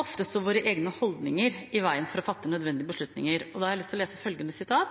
Ofte står våre egne holdninger i veien for å fatte nødvendige beslutninger, og da har jeg lyst til å lese følgende: